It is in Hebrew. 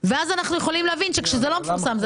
ואז אנחנו יכולים להבין שכאשר זה לא מפורסם,